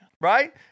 Right